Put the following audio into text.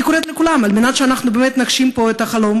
אני קוראת לכולם: על מנת שבאמת נגשים פה את החלום